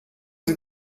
sie